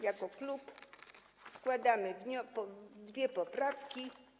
Jako klub składamy dwie poprawki.